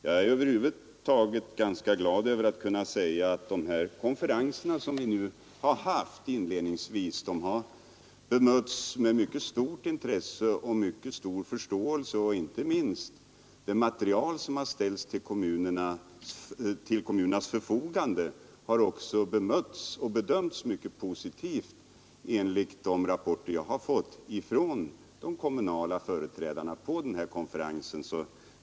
Jag är över huvud taget glad över att kunna säga att de här konferenserna som vi inledningsvis haft har mötts med mycket stort intresse och mycket stor förståelse. Inte minst har det material som ställts till kommunernas förfogande bedömts mycket positivt enligt de rapporter jag har fått från de kommunala företrädarna.